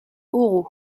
oraux